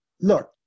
Look